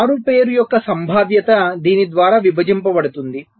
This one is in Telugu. మారుపేరు యొక్క సంభావ్యత దీని ద్వారా విభజించబడుతుంది